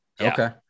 Okay